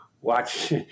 Watch